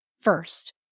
first